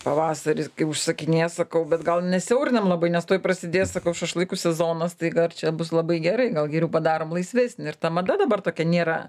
pavasarį kai užsakinėja sakau bet gal ne siaurinam labai nes tuoj prasidės šašlykų sezonas tai ar čia bus labai gerai gal geriau padarom laisvesnį ir ta mada dabar tokia nėra